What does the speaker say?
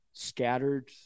scattered